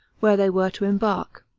where they were to embark.